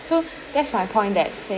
so that's my point that saying